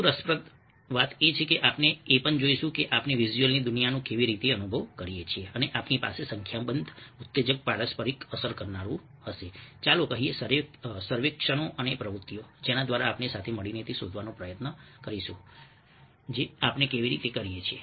વધુ રસપ્રદ વાત એ છે કે આપણે એ પણ જોઈશું કે આપણે વિઝ્યુઅલની દુનિયાનો કેવી રીતે અનુભવ કરીએ છીએ અને આપણી પાસે સંખ્યાબંધ ઉત્તેજક પારસ્પરિક અસર કરનારું હશે ચાલો કહીએ સર્વેક્ષણો અને પ્રવૃત્તિઓ જેના દ્વારા આપણે સાથે મળીને તે શોધવાનો પ્રયત્ન કરીશું કે આપણે કેવી રીતે કરીએ છીએ